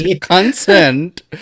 Consent